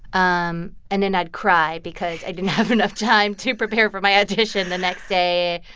um and then i'd cry because i didn't have enough time to prepare for my audition the next day.